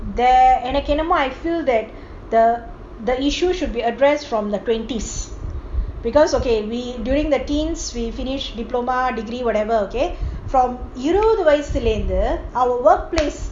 their எனக்கென்னமோ:enakennamo I feel that the issue should be issued from the twenties because okay we during the teens we finish diploma degree whatever இருபதுவயசுலஇருந்து:irupadhu vayasula irunthu our workplace